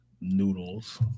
Noodles